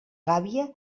gàbia